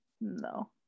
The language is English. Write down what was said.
no